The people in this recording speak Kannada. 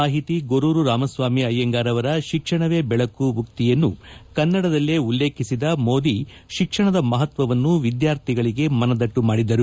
ಸಾಹಿತಿ ಗೊರೂರು ರಾಮಸ್ವಾಮಿ ಅಯ್ಲಂಗಾರ್ ಅವರ ಶಿಕ್ಷಣವೇ ಬೆಳಕು ಉಕ್ತಿಯನ್ನು ಕನ್ನಡದಲ್ಲೇ ಉಲ್ಲೇಖಿಸಿದ ಮೋದಿ ಶಿಕ್ಷಣದ ಮಹತ್ವವನ್ನು ವಿದ್ಯಾರ್ಥಿಗಳಿಗೆ ಮನದಟ್ಟು ಮಾಡಿದರು